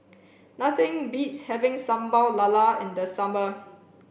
nothing beats having Sambal Lala in the summer